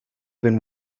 been